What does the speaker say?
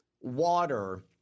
water